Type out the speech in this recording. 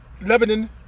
Lebanon